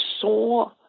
saw